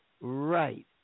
right